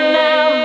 now